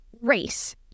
Race